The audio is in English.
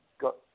got